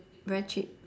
very cheap